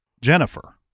Jennifer